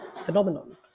phenomenon